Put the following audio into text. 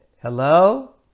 Hello